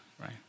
Right